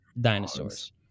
dinosaurs